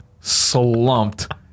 slumped